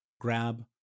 grab